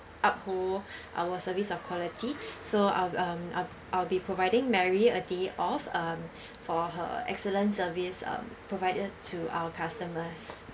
uphold our service of quality so I'll I'll I'll be providing mary a day off um for her excellent service um provided to our customers